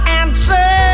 answer